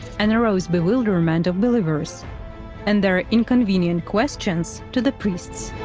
and aroused bewilderment of believers and their inconvenient questions to the priests.